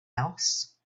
else